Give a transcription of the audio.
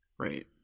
Right